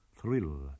thrill